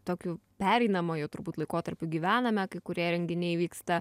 tokiu pereinamuoju turbūt laikotarpiu gyvename kai kurie renginiai vyksta